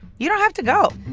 you don't have to go.